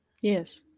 Yes